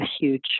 huge